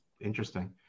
Interesting